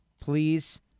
please